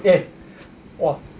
eh !wah!